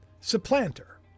supplanter